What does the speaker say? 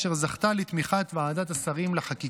אשר זכתה לתמיכת ועדת השרים לחקיקה.